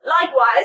Likewise